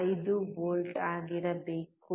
5 V ಆಗಿರಬೇಕು